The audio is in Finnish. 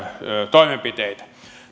toimenpiteitä